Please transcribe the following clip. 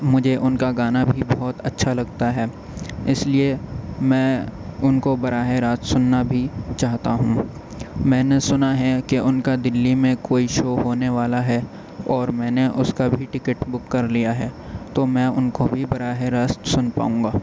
مجھے ان کا گانا بھی بہت اچھا لگتا ہے اس لیے میں ان کو براہ راست سننا بھی چاہتا ہوں میں نے سنا ہے کہ ان کا دلّی میں کوئی شو ہونے والا ہے اور میں نے اس کا بھی ٹکٹ بک کر لیا ہے تو میں ان کو بھی براہ راست سن پاؤں گا